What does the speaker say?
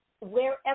wherever